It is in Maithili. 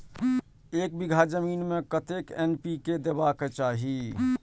एक बिघा जमीन में कतेक एन.पी.के देबाक चाही?